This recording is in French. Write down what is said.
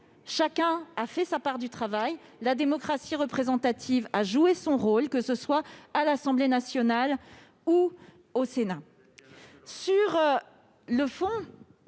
chacun a fait sa part du travail et la démocratie représentative a joué son rôle, que ce soit à l'Assemblée nationale ou au Sénat. Vous